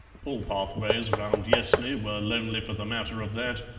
all pathways round yessney were lonely for the matter of that,